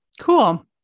Cool